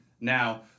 Now